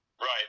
Right